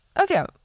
Okay